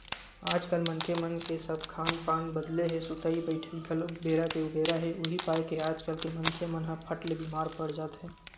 आजकल मनखे मन के सब खान पान बदले हे सुतई बइठई घलोक बेरा के उबेरा हे उहीं पाय के आजकल के मनखे मन ह फट ले बीमार पड़ जाथे